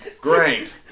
Great